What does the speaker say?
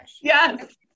Yes